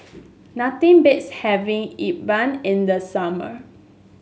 nothing beats having E Bua in the summer